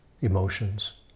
emotions